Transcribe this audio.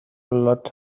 lot